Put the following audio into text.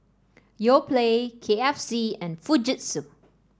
Yoplait K F C and Fujitsu